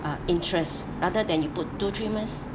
uh interest rather than you put two three months